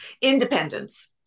independence